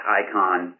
icon